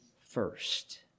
first